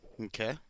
Okay